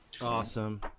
Awesome